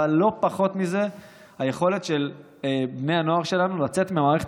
אבל לא פחות מזה היא היכולת של בני הנוער שלנו לצאת מהמערכת